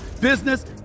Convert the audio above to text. business